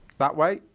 that way,